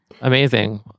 Amazing